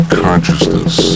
consciousness